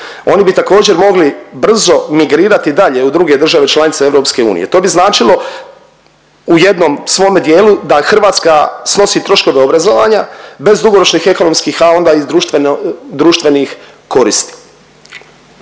Oni bi također mogli brzo migrirati dalje u druge države članice EU. To bi značilo u jednom svome dijelu da Hrvatska snosi troškove obrazovanja bez dugoročnih ekonomskih, a onda i društvenih koristi.